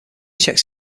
checks